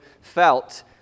felt